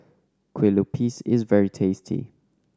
Kueh Lupis is very tasty